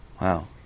Wow